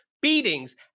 Beatings